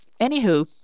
Anywho